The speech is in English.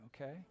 okay